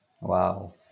Wow